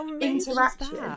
interaction